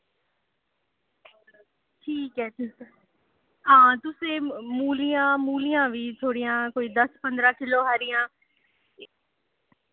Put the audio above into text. ठीक ऐ ठीक ऐ हां तुस एह् मूलियां मूलियां बी थोह्ड़ियां कोई दस पन्द्रां किल्लो हारियां